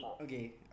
Okay